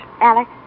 Alex